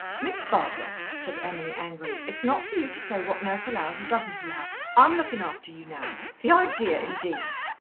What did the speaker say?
miss barbara, said emily angrily, it's not for you to say what nurse allows or doesn't allow i'm looking after you now. the idea, indeed!